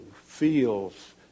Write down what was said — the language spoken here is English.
feels